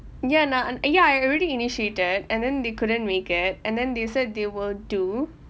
ya and uh ya I already initiated and then they couldn't really get and then they said they will do